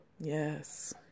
yes